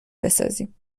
بسازیم